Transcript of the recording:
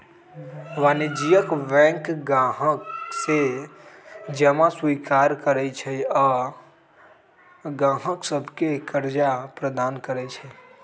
वाणिज्यिक बैंक गाहक से जमा स्वीकार करइ छइ आऽ गाहक सभके करजा प्रदान करइ छै